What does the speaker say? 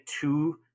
two